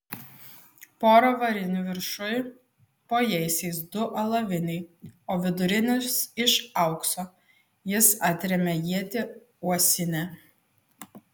pora varinių viršuj po jaisiais du alaviniai o vidurinis iš aukso jis atrėmė ietį uosinę